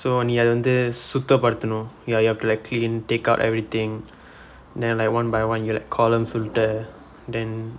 so நீ அத வந்து சுத்தபடுத்தணும்:nii atha vandthu suththappaduththanum ya you have to like clean take out everything then like one by one you like column filter then